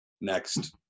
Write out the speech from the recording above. next